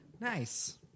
Nice